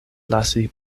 lasi